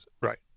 Right